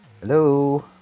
Hello